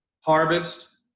Harvest